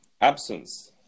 absence